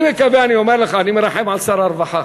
אני מקווה, אני אומר לך, אני מרחם על שר הרווחה.